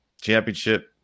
championship